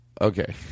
Okay